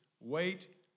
Wait